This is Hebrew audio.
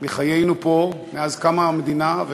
מחיינו פה מאז קמה המדינה,